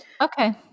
okay